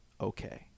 Okay